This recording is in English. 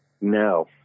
No